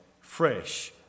fresh